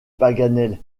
paganel